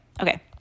okay